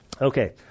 Okay